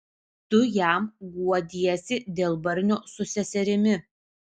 tu jam guodiesi dėl barnio su seserimi